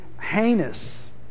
heinous